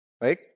Right